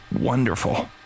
wonderful